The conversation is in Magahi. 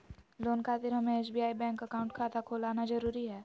लोन खातिर हमें एसबीआई बैंक अकाउंट खाता खोल आना जरूरी है?